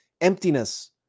emptiness